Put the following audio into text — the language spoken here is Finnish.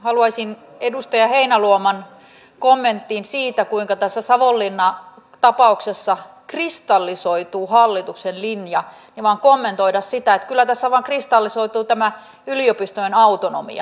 haluaisin edustaja heinäluoman kommenttia siitä kuinka tässä savonlinna tapauksessa kristallisoituu hallituksen linja vain kommentoida että kyllä tässä vain kristallisoituu tämä yliopistojen autonomia